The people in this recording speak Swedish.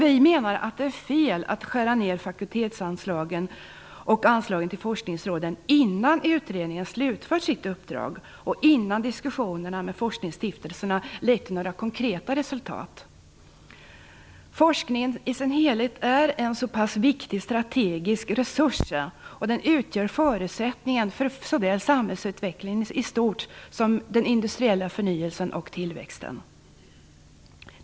Vi menar dock att det är fel att skära ned fakultetsanslagen och anslagen till forskningsråden innan utredningen slutfört sitt uppdrag och innan diskussionerna med forskningsstiftelserna lett till några konkreta resultat. Forskningen i sin helhet är en viktig strategisk resurs, och den utgör förutsättningen för såväl samhällsutvecklingen i stort som den industriella förnyelsen och tillväxten.